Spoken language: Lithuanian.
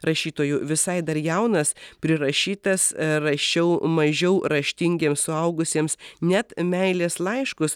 rašytoju visai dar jaunas prirašytas rašiau mažiau raštingiems suaugusiems net meilės laiškus